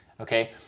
okay